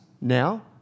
Now